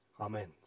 Amen